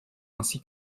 ainsi